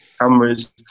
cameras